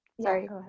sorry